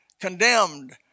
condemned